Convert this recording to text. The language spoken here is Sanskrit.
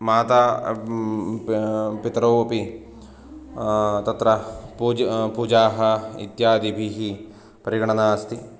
माता पितरौ अपि तत्र पूजनं पूजाः इत्यादिभिः परिगणना अस्ति